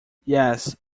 yes